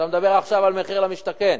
אתה מדבר עכשיו על מחיר למשתכן.